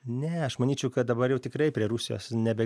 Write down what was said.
ne aš manyčiau kad dabar jau tikrai prie rusijos nebe